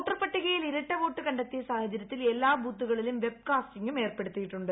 voter പട്ടികയിൽ ഇരട്ട vote കണ്ടെത്തിയ സാഹചര്യത്തിൽ എല്ലാ ബൂത്തുകളിലും വെബ്കാസ്റ്റിംഗും ഏർപ്പെടുത്തിയിട്ടുണ്ട്